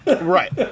right